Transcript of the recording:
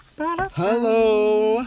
Hello